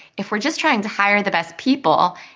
if we're just trying to hire the best people,